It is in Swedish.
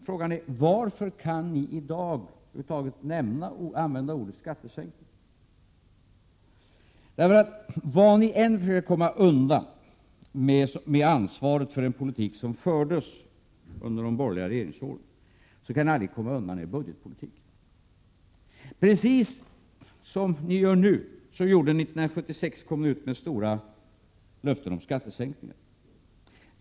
Frågan är: Varför kan ni i dag över huvud taget använda ordet skattesänkning? Vad ni än försöker komma undan när det gäller ansvaret för den politik som fördes under de borgerliga regeringsåren, så kan ni aldrig komma undan er budgetpolitik. Precis som ni gör nu gjorde ni 1976. Då kom ni med stora löften om skattesänkningar.